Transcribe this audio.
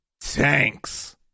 tanks